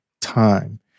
time